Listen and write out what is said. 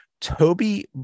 Toby